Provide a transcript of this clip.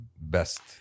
Best